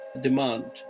demand